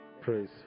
Praise